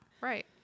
Right